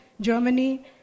Germany